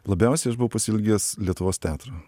labiausiai aš buvau pasiilgęs lietuvos teatro